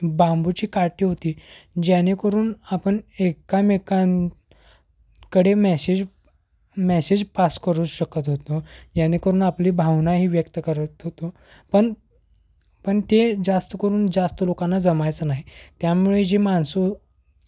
बांबूची काठी होती जेणेकरून आपण एकमेकांकडे मेसेज मेसेज पास करू शकत होतो जेणेकरून आपली भावनाही व्यक्त करत होतो पण पण ते जास्त करून जास्त लोकांना जमायचं नाही त्यामुळे जे माणसं